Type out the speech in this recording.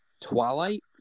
twilight